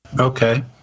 Okay